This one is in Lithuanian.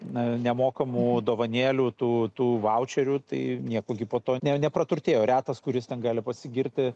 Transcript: na nemokamų dovanėlių tų tų vaučerių tai nieko gi po to ne nepraturtėjo retas kuris ten gali pasigirti